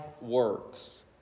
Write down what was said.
works